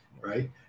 right